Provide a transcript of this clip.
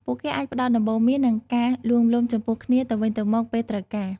ពួកគេអាចផ្តល់ដំបូន្មាននិងការលួងលោមចំពោះគ្នាទៅវិញទៅមកពេលត្រូវការ។